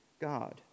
God